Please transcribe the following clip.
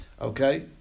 Okay